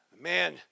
Man